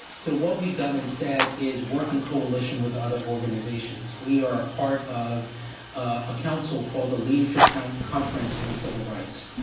so what we've done instead is working coalition with other organizations. we are part of a council called the leadership kind of conference on civil rights,